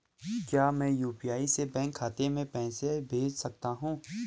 क्या मैं यु.पी.आई से बैंक खाते में पैसे भेज सकता हूँ?